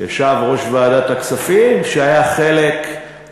ישב יושב-ראש ועדת הכספים שהיה חלק,